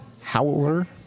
Howler